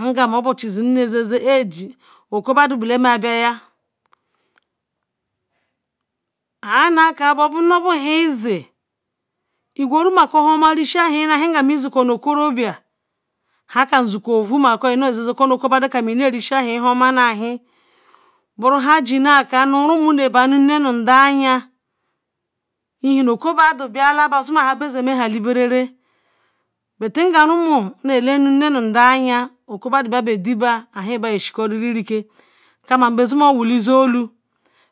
ngam obochi belam ezenzen aqeok obadu bellanu abia nhan anaka bu han loola izi iguru coma isi ahan ngan isi nu okoba hankam zico nota ol ina zenzen kol nu okobadun nu ishi huoma nu ahan ohan ajina kanu rumuen. Bella nne ba nu nda ba ayin okobadon bia laa diba ihin yeshikori bazima bolizolu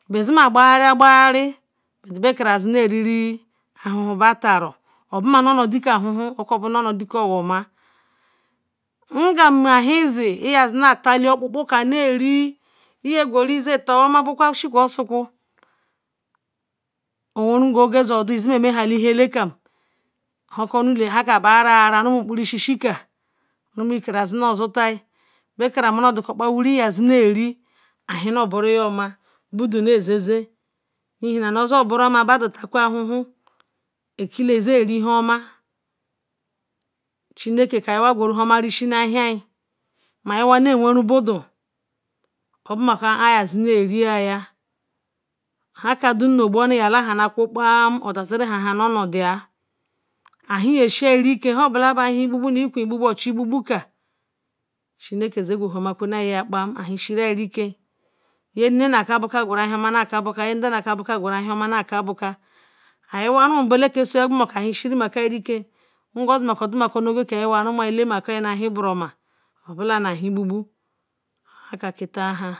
bezima kbari kbari bet beye sinu eri ahun hun bataru obo ma nu onudi ahan ham okobtawama okpopo iyeji onutawama osuku oge yebia izima erili han dekam rumuyin ke ozutal nproisisi beke iyeri amahia oduru wiri iyeri beke nusutal ahin nu boro yoma ba odu nezenzen ihin nu ozioboroma badon ya takwon ahun han ekila izeri huna chineke ka owa guru huoma ishi nu ehin awa naweru bodu obomasi ayazinariya hankam dom nugbunu ola hana kwu kpo ahin ye shiye riken ehin igbubu nu ikwun igbubu nu ochi igbubu ka chineke ye guhama kpai ya nne na kaboka guru ahima na kaboka ya nda na kabo ka guru ehen oma na kaboka iwai ke nusoyazen iya guru ehan shiriken soyazen ngooy odumako nu kai rumuyin ye lagiden nu ahin boromaobolanu ahin ibubu ohan katennan